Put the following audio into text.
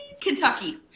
Kentucky